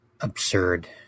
Absurd